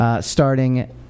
starting